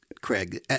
Craig